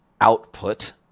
output